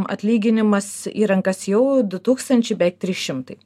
atlyginimas į rankas jau du tūkstančiai beveik trys šimtai